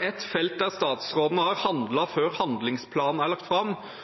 Et felt der statsråden har handlet før handlingsplanen er lagt fram,